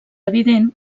evident